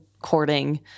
courting